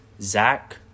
Zach